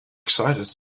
excited